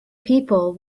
people